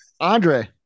Andre